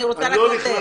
אני רוצה לתת.